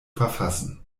verfassen